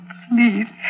please